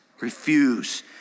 refuse